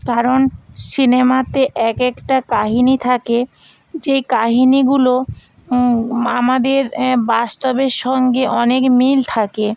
কারণ সিনেমাতে এক একটা কাহিনি থাকে যে কাহিনিগুলো আমাদের বাস্তবের সঙ্গে অনেক মিল থাকে